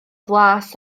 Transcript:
flas